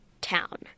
town